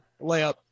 layup